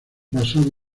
basado